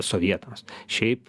sovietams šiaip